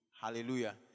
Hallelujah